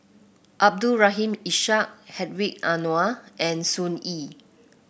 Abdul Rahim Ishak Hedwig Anuar and Sun Yee